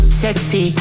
sexy